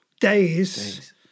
days